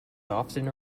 often